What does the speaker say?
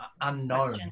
unknown